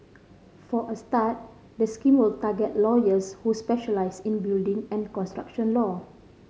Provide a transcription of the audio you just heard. for a start the scheme will target lawyers who specialise in building and construction law